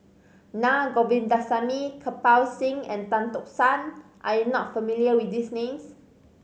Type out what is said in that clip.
Na Govindasamy Kirpal Singh and Tan Tock San are you not familiar with these names